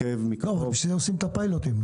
אני עוקב מקרוב --- בשביל זה עושים את הפיילוטים,